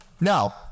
Now